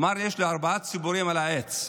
הוא אמר: יש לי ארבע ציפורים על העץ,